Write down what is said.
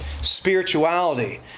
spirituality